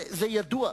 זה ידוע,